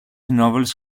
novels